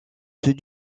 ceux